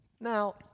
Now